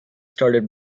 started